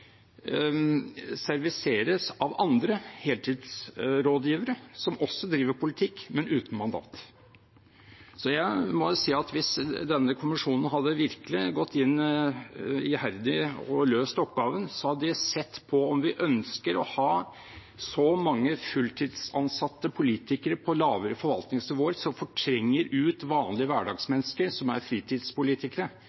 av andre heltidsrådgivere som også driver politikk, men uten mandat. Jeg må si at hvis denne kommisjonen virkelig hadde gått iherdig inn og løst oppgaven, hadde de sett på om vi ønsker å ha så mange fulltidsansatte politikere på lavere forvaltningsnivåer som fortrenger